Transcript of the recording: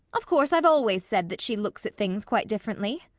of course i've always said that she looks at things quite differently,